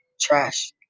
Trash